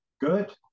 good